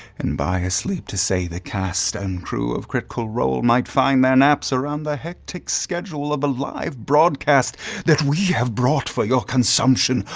and by a sleep to say the cast and crew of critical role might find their naps around the hectic schedule of a live broadcast that we have brought for your consumption,